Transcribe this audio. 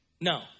No